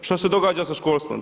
Što se događa sa školstvom?